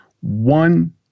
One